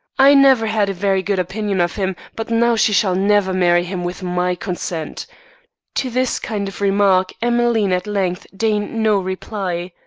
i never had a very good opinion of him, but now she shall never marry him with my consent to this kind of remark emmeline at length deigned no reply.